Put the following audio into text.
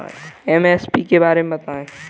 MSP के बारे में बतायें?